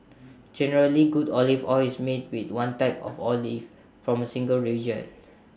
generally good olive oil is made with one type of olive from A single region